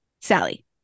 Sally